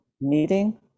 meeting